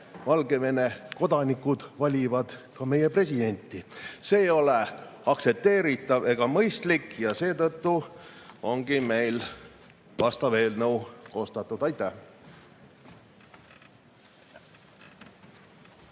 Valgevene kodanikud valivad ka meie presidenti. See ei ole aktsepteeritav ega mõistlik. Seetõttu ongi meil vastav eelnõu koostatud. Aitäh!